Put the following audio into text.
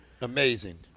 Amazing